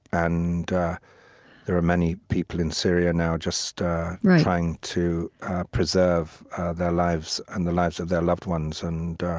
and there are many people in syria now just ah trying to preserve their lives and the lives of their loved ones. and